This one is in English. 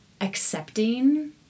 accepting